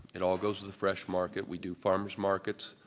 it all goes to the fresh market we do farmer s markets,